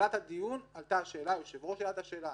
בתחילת הדיון עלתה השאלה היושב-ראש העלה את השאלה,